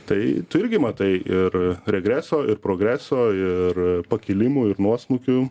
tai tu irgi matai ir regreso ir progreso ir pakilimų nuosmukių